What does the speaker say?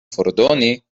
fordoni